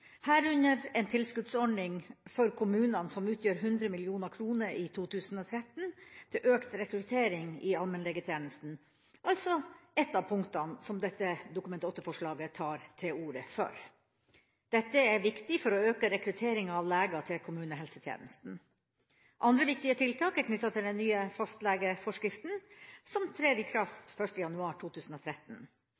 herunder en tilskuddsordning for kommunene som utgjør 100 mill. kr i 2013, til økt rekruttering i allmennlegetjenesten – altså et av punktene som dette Dokument 8-forslaget tar til orde for. Dette er viktig for å øke rekrutteringa av leger til kommunehelsetjenesten. Andre viktige tiltak er knyttet til den nye fastlegeforskriften, som trer i